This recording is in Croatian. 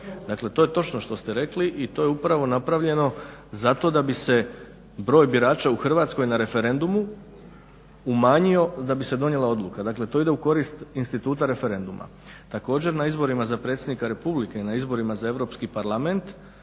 Dakle, to je točno što ste rekli i to je upravo napravljeno zato da bi se broj birača u Hrvatskoj na referendumu umanjio da bi se donijela odluka. Dakle, to ide u korist instituta referenduma. Također, na izborima za predsjednika Republike i na izborima za Europski parlament